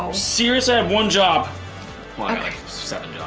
so serious i have one job why